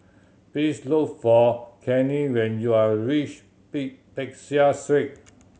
please look for Cannie when you are reach Peck Seah Street